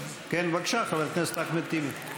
בבקשה, חבר הכנסת אחמד טיבי.